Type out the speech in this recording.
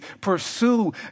pursue